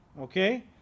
Okay